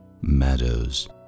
meadows